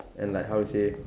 and like how to say